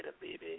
baby